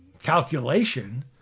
calculation